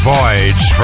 Voyage